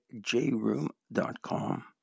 jroom.com